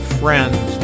friends